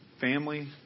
family